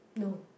no